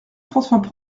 françois